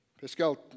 Pascal